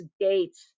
gates